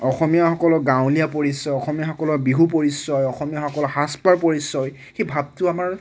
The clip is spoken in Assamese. অসমীয়াসকলক গাঁৱলীয়া পৰিচয় অসমীয়াসকলৰ বিহু পৰিচয় অসমীয়াসকলৰ সাজপাৰ পৰিচয় সেই ভাৱটো আমাৰ